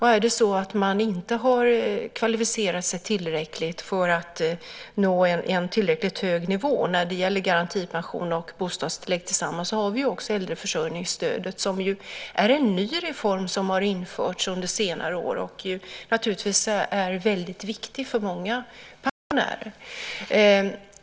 Har man inte kvalificerat sig tillräckligt för att nå en tillräckligt hög nivå när det gäller garantipension och bostadstillägg tillsammans har vi också äldreförsörjningsstödet - en ny reform som införts under senare år och som naturligtvis är väldigt viktig för många pensionärer.